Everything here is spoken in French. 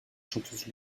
chanteuse